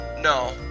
No